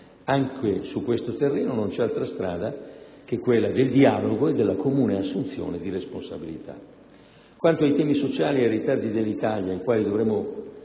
anche su questo terreno non c'è altra strada che quella del dialogo e della comune assunzione di responsabilità. Quanto ai temi sociali e ai ritardi dell'Italia, ai quali dovremo